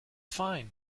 fine